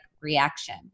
reaction